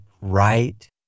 right